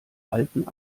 alten